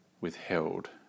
withheld